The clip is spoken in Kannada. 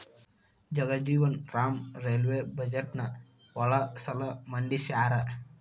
ಜಗಜೇವನ್ ರಾಮ್ ರೈಲ್ವೇ ಬಜೆಟ್ನ ಯೊಳ ಸಲ ಮಂಡಿಸ್ಯಾರ